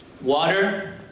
water